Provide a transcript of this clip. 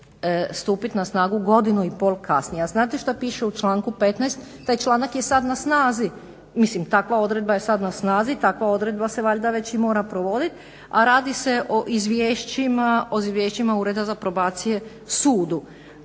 stupiti na snagu godinu i pol kasnije. A znate što piše u članku 15.? Taj članak je sad na snazi, mislim takva odredba je sad na snazi i takva odredba se valjda već i mora provoditi, a radi se o izvješćima Ureda za probacije sudu.